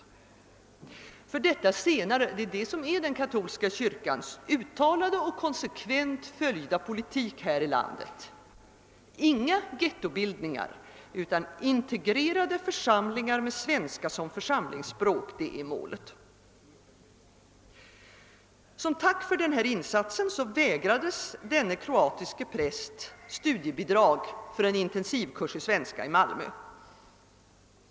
Det senare är den katolska kyrkans uttalade och konsekvent följda politik här i landet. Inga ghettobildningar, utan integrerade församlingar med svenska som församlingsspråk, är målet. Men som tack för denna insats vägrades denne kroatiske präst studiebidrag för en intensivkurs i svenska i Malmö.